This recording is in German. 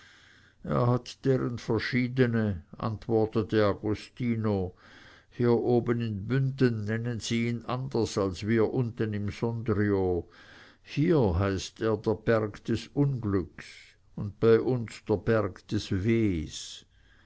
er hat deren verschiedene antwortete agostino hier oben in bünden nennen sie ihn anders als wir unten in sondrio hier heißt er der berg des unglücks und bei uns der berg des